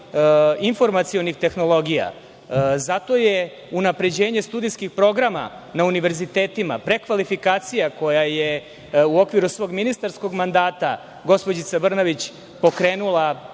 informacionih tehnologija, unapređenje studijskih programa na univerzitetima - prekvalifikacija koja je u okviru svog ministarskog mandata gospođica Brnabić pokrenula